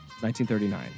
1939